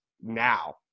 now